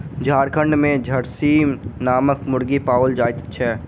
झारखंड मे झरसीम नामक मुर्गी पाओल जाइत छै